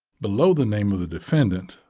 below the name of the defendant,